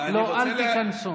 לא, אל תיכנסו.